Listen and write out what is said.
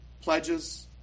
Pledges